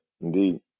indeed